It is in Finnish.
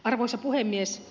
arvoisa puhemies